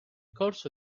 corso